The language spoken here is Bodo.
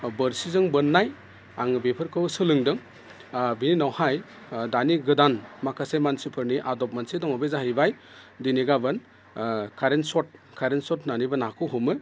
बोरसिजों बोननाय आङो बेफोरखौ सोलोंदों बेनि उनावहाय दानि गोदान माखासे मानसिफोरनि आदब मोनसे दङ बे जाहैबाय दिनै गाबोन खारेन्ट सट खारेन्ट सट होनानैबो नाखौ हमो